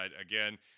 again